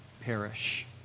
perish